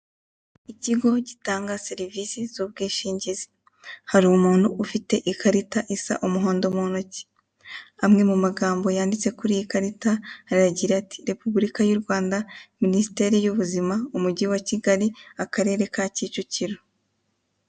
Ikigo gitanga serivisi z'ubwishingizi, hari umuntu ufite ikarita isa umuhondo mu ntoki amwe mu magambo yanditse kuri iyi karita arangira ati ''Repubilika yu Rwanda Minisiteri y'ubuzima umujyi wa kigali akarere ka kicukiro''.